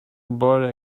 gebäude